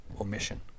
omission